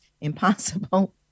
impossible